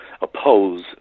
oppose